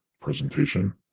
presentation